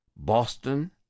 Boston